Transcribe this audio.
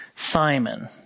Simon